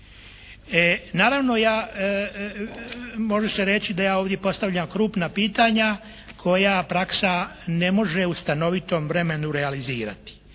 Naravno, ja može se reći da ja ovdje postavljam krupna pitanja koja praksa ne može u stanovitom vremenu realizirati.